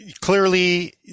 clearly